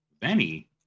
Benny